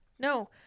No